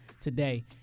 today